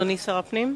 אדוני, שר הפנים.